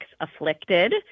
Afflicted